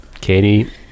Katie